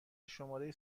شماره